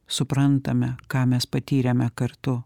suprantame ką mes patyrėme kartu